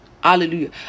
Hallelujah